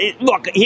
look